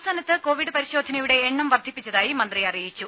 സംസ്ഥാനത്ത് കൊവിഡ് പരിശോധനയുടെ എണ്ണം വർധിപ്പിച്ചതായി മന്ത്രി അറിയിച്ചു